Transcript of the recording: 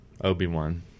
Obi-Wan